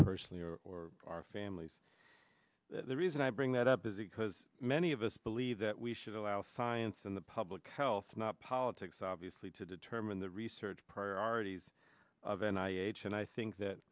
personally or our families the reason i bring that up is it because many of us believe that we should allow science in the public health not politics obviously to determine the research priorities of and i h and i think that